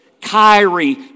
Kyrie